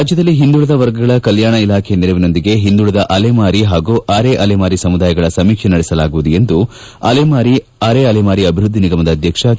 ರಾಜ್ಯದಲ್ಲಿ ಹಿಂದುಳಿದ ವರ್ಗಗಳ ಕಲ್ಕಾಣ ಇಲಾಖೆಯ ನೆರವಿನೊಂದಿಗೆ ಹಿಂದುಳಿದ ಅಲೆಮಾರಿ ಪಾಗೂ ಅರೆ ಅಲೆಮಾರಿ ಸಮುದಾಯಗಳ ಸಮೀಕ್ಷೆ ನಡೆಸಲಾಗುವುದು ಎಂದು ಅಲೆಮಾರಿ ಅರೆ ಅಲೆಮಾರಿ ಅಭಿವೃದ್ಧಿ ನಿಗಮದ ಅಧ್ಯಕ್ಷ ಕೆ